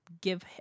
give